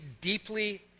deeply